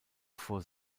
vor